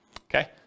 Okay